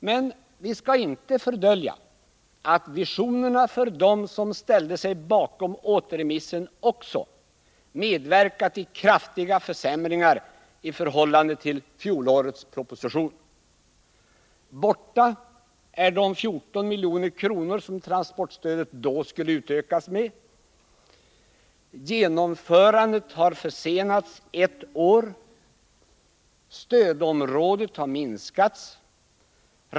Men vi skall inte fördölja att visionerna för dem som ställde sig bakom återremissen också medverkat i kraftiga försämringar i förhållande till fjolårets proposition. Borta är de 14 milj.kr. som transportstödet då skulle utökas med. Genomförandet har försenats ett år. Stödområdet har minskats.